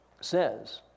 says